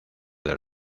del